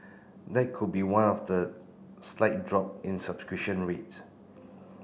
that could be one of the slight drop in subscription rates